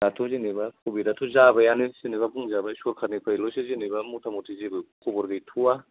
दाथ' जेन'बा कभिद आथ' जाबायानो जेन'बा बुंजाबाय सरखारनिफ्रायल'सो जेन'बा मथा मथि जेबो खबर गैथ'वा